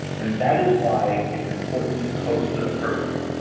and that is why it's important to post with a purpose.